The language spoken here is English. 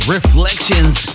Reflections